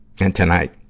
and tonight,